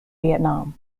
vietnam